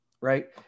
right